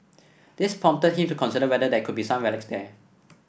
this prompted him to consider whether there could be some relics there